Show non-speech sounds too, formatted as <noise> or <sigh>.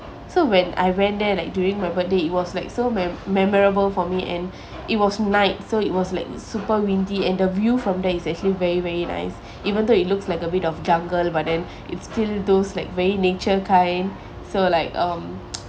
so when I went there like during my birthday it was like so mem~ memorable for me and it was night so it was like super windy and the view from there is actually very very nice even though it looks like a bit of jungle but then it's still those like very nature kind so like um <noise>